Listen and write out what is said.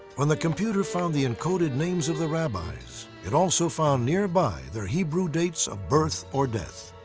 when the computer found the encoded names of the rabbis, it also found nearby, their hebrew dates of birth or death.